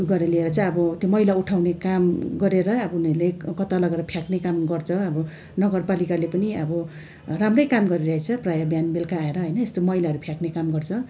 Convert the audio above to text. ऊ गरेर ल्याएर चाहिँ अब त्यो मैला उठाउने काम गरेर उनीहरूले कता लगेर फ्याँक्ने कम गर्छ अब नगरपालिकाले पनि अब राम्रै काम गरिरहेछ प्रायः बिहान बेलुका आएर होइन यस्तो मैलाहरू फ्याँक्ने काम गर्छ